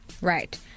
Right